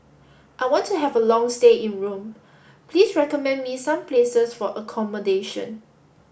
I want to have a long stay in Rome please recommend me some places for accommodation